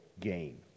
gain